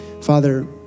Father